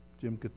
Jim